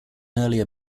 earlier